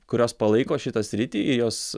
kurios palaiko šitą sritį ir jos